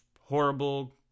horrible